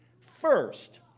first